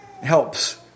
helps